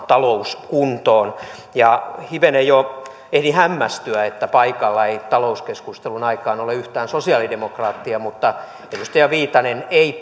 talous kuntoon ja hivenen jo ehdin hämmästyä että paikalla ei talouskeskustelun aikaan ole yhtään sosiaalidemokraattia mutta edustaja viitanen ei